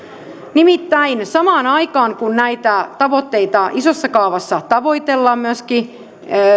nimittäin samaan aikaan kun näitä tavoitteita isossa kaavassa tavoitellaan myöskin